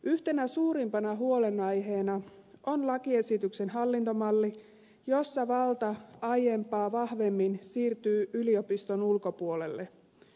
yhtenä suurimpana huolenaiheena on lakiesityksen hallintomalli jossa valta aiempaa vahvemmin siirtyy yliopiston ulkopuolelle